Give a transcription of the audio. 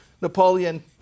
Napoleon